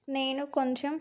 నేను కొంచెం